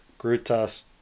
Grutas